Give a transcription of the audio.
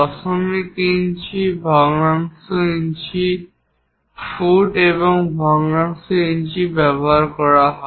দশমিক ইঞ্চি ভগ্নাংশ inch foot এবং ভগ্নাংশ ইঞ্চি ব্যবহার করা হয়